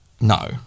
No